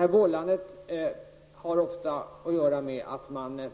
Detta bollande har ofta att göra med att man